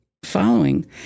following